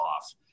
off